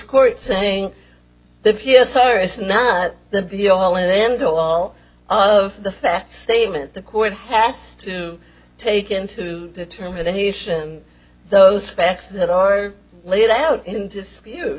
court saying the p s r is not the be all and end all of the facts statement the court has to take into determination those facts that are laid out in dispute